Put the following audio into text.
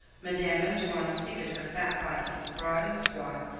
madame antoine seated her fat body, broad and squat,